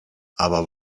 aber